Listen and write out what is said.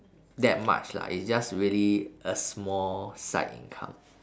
that much lah it's just really a small side income